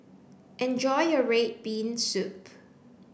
enjoy your red bean soup